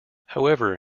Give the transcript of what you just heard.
however